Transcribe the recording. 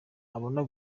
abona